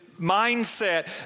mindset